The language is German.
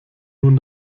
nun